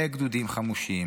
בגדודים חמושים,